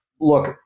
Look